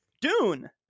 dune